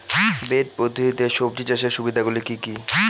Bed পদ্ধতিতে সবজি চাষের সুবিধাগুলি কি কি?